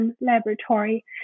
Laboratory